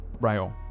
rail